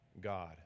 God